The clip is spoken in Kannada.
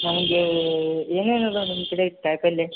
ನಮಗೆ ಏನೇನು ಅದಾವ ನಿಮ್ಮ ಕಡೆ ಕಾಯಿ ಪಲ್ಲೆ